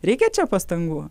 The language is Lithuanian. reikia čia pastangų